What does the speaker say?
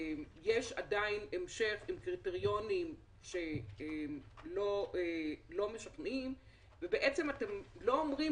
יש עדיין המשך של קריטריונים לא משכנעים ובעצם אתם לא אומרים